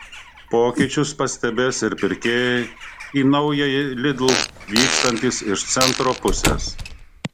pokyčius pastebės ir pirkėjai į naująjį lidl vykstantys iš centro pusės